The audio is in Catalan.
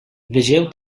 vegeu